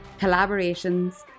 collaborations